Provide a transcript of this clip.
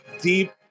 deep